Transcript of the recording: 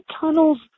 tunnels